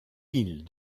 îles